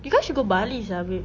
you guys should go bali sia babe